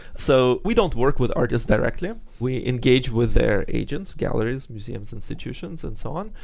so we don't work with artists directly. we engage with their agents, galleries, museums, institutions, and so on.